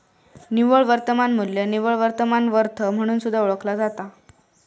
निव्वळ वर्तमान मू्ल्य निव्वळ वर्तमान वर्थ म्हणून सुद्धा ओळखला जाता